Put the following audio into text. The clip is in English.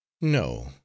No